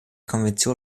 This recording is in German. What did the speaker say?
konvention